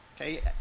Okay